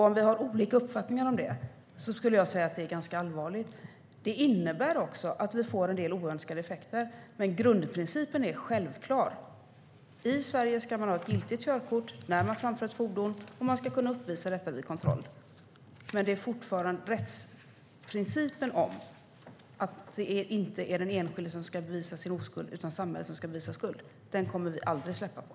Om vi har olika uppfattningar om det skulle jag säga att det är ganska allvarligt. Det innebär också att vi får en del oönskade effekter, men grundprincipen är självklar: I Sverige ska man ha ett giltigt körkort när man framför ett fordon, och man ska kunna uppvisa detta vid kontroll. Men det är fortfarande rättsprincipen att det inte är den enskilde som ska bevisa sin oskuld utan samhället som ska bevisa skuld som gäller. Den kommer vi aldrig att släppa.